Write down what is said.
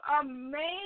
amazing